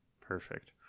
Perfect